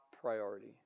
priority